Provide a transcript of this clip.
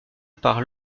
par